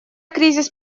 кризис